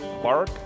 bark